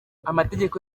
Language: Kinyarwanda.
amategeko